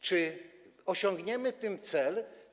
Czy osiągniemy tym cel?